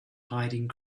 hiding